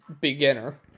beginner